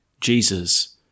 Jesus